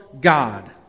God